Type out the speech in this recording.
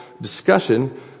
discussion